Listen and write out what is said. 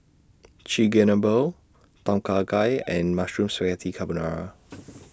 Chigenabe Tom Kha Gai and Mushroom Spaghetti Carbonara